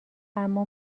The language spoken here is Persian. اما